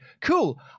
Cool